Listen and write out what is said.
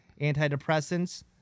antidepressants